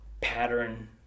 pattern